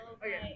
Okay